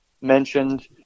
mentioned